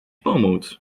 pomóc